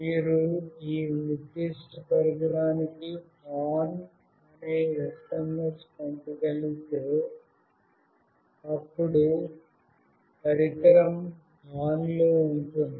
మీరు ఈ నిర్దిష్ట పరికరానికి "ఆన్" అనే SMS పంపగలిగితే అప్పుడు పరికరం ఆన్లో ఉంటుంది